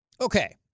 Okay